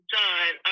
done